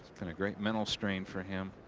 kind of great mental strain for him.